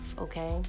okay